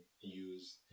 use